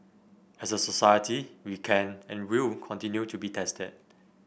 as a society we can and will continue to be tested